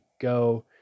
go